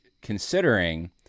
considering